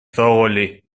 thoroughly